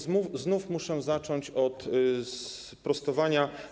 Znów muszę zacząć od sprostowania.